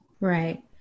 right